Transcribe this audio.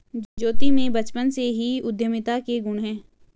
ज्योति में बचपन से ही उद्यमिता के गुण है